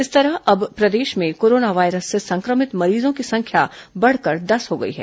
इस तरह अब प्रदेश में कोरोना वायरस से संक्रमित मरीजों की संख्या बढ़कर दस हो गई है